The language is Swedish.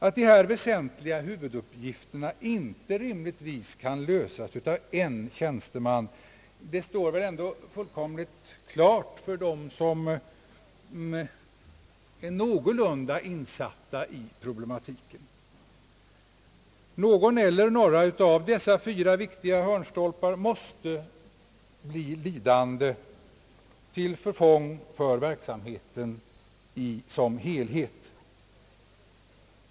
Att dessa betydelsefulla huvuduppgifter inte rimligtvis kan lösas av en tjänsteman står väl ändå fullkomligt klart för dem som är någorlunda insatta i problematiken; någon eller några av de fyra viktiga hörnstolparna måste lida skada, till förfång för verksamheten som helhet.